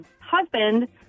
husband